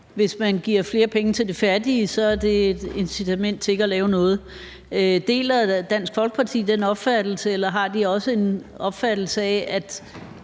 Hvis man giver flere penge til de fattige, er det et incitament til ikke at lave noget. Deler Dansk Folkeparti den opfattelse, eller har de også en opfattelse af, at